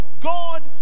God